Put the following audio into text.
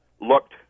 looked